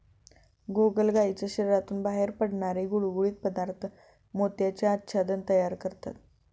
गोगलगायीच्या शरीरातून बाहेर पडणारे गुळगुळीत पदार्थ मोत्याचे आच्छादन तयार करतात